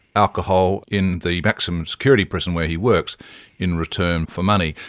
alcohol in the maximum security prison where he works in return for money.